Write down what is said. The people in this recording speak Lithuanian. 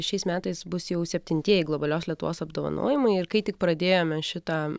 šiais metais bus jau septintieji globalios lietuvos apdovanojimai ir kai tik pradėjome šitą